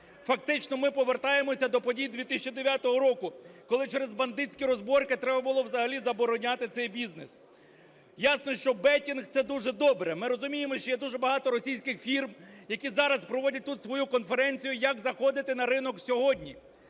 Фактично, ми повертаємося до подій 2009 року, коли через бандитські розборки треба було взагалі забороняти цей бізнес. Ясно, що беттінг – це дуже добре. Ми розуміємо, що є дуже багато російських фірм, які зараз проводять тут свою конференцію, як заходити на ринок сьогодні.